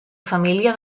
família